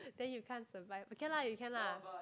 then you can't survive okay lah you can lah